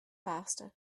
faster